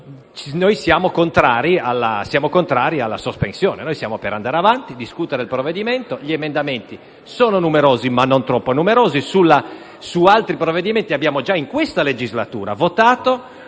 siamo contrari alla sospensione; siamo per andare avanti e discutere il provvedimento. Gli emendamenti sono numerosi, ma non troppo, mentre su altri provvedimenti, in questa legislatura, abbiamo